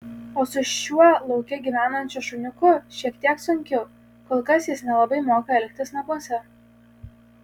o su šiuo lauke gyvenančiu šuniuku šiek tiek sunkiau kol kas jis nelabai moka elgtis namuose